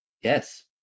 Yes